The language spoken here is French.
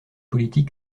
politiques